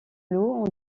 loup